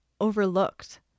overlooked